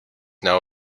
now